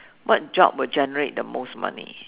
what job will generate the most money